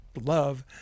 love